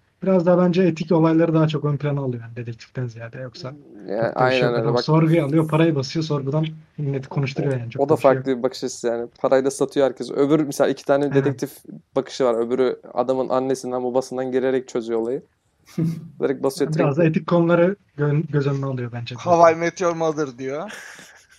Biraz daha bence etik olayları daha çok ön plana alıyor yani dedektiften ziyade. Yoksa Ya, çok da bir şey aynen yok. öyle. Adam Bak- sorguya alıyor, parayı basıyor, sorgudan net konuşturuyor yani, çok O da da bir şey yok. farklı bir bakış açısı yani. Parayı da satıyor herkes. Öbür- mesela iki tane Evet. dedektif bakışı var. Öbürü adamın annesinden, babasından gelerek çözüyor olayı. Direkt basıyor, Yani direkt- biraz da etik konuları gö- göz önüne alıyor bence. Hawaii Meteor Mother diyor.